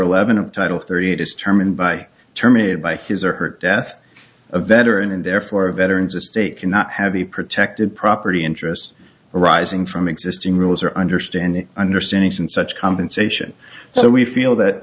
eleven of title thirty eight is term and by terminated by his or her death a veteran and therefore a veteran's estate cannot have the protected property interest arising from existing rules or understand understanding and such compensation so we feel that